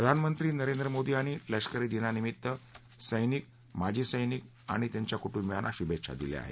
प्रधानमंत्री नरेंद्र मोदी यांनी लष्करी दिनानिमित्त सैनिक माजी सैनिक आणि त्यांच्या कुटुंबियांना शुभेच्छा दिल्या आहेत